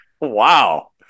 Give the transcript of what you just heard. Wow